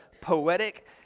poetic